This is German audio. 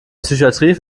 psychatrie